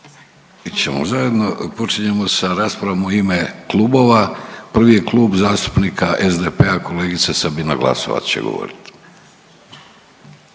ćemo zajedno, počinjemo sa raspravom u ime klubova, prvi je Klub zastupnika SDP-a, kolegica Sabina Glasovac će govorit.